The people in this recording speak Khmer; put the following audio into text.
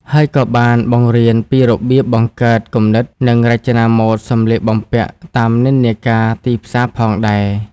ហើយក៏បាន បង្រៀនពីរបៀបបង្កើតគំនិត និងរចនាម៉ូដសម្លៀកបំពាក់តាមនិន្នាការទីផ្សារផងដែរ។